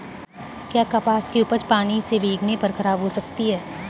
क्या कपास की उपज पानी से भीगने पर खराब हो सकती है?